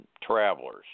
travelers